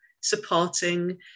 supporting